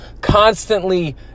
constantly